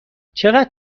چقدر